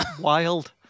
wild